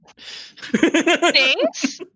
Thanks